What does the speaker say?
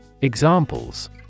Examples